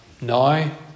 Now